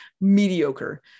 mediocre